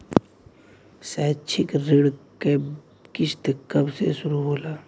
शैक्षिक ऋण क किस्त कब से शुरू होला?